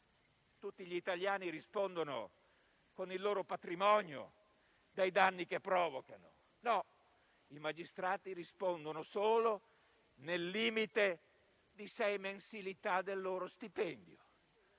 tutti gli italiani rispondano con il loro patrimonio dai danni che provocano, il magistrato risponde solo nel limite di sei mensilità del proprio stipendio.